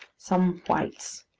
some whites.